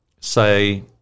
say